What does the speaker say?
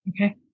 Okay